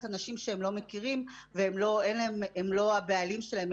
אנשים שהם לא מכירים והם לא הבעלים שלהם,